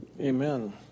Amen